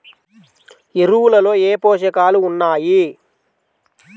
ఎరువులలో ఏ పోషకాలు ఉన్నాయి?